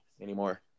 anymore